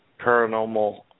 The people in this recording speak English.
paranormal